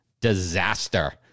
disaster